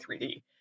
3D